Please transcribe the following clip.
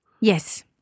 Yes